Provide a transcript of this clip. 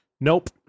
Nope